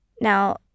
Now